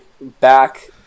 back